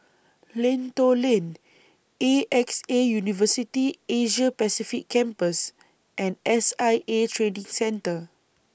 Lentor Lane A X A University Asia Pacific Campus and S I A Training Centre